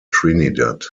trinidad